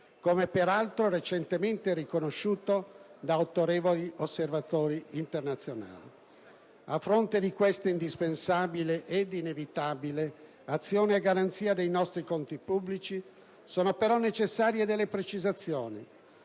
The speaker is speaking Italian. come peraltro recentemente riconosciuto da autorevoli osservatori internazionali. A fronte di questa indispensabile - ed inevitabile - azione a garanzia dei nostri conti pubblici, sono però necessarie delle precisazioni.